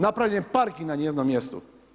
Napravljen je parking na njezinom mjestu.